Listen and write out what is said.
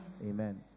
Amen